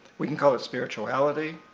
we can call it spirituality,